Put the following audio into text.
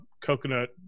coconut